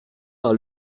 par